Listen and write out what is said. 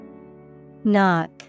Knock